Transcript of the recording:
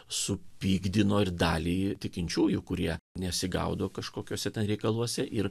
supykdyno ir dalį tikinčiųjų kurie nesigaudo kažkokiuose reikaluose ir